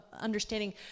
understanding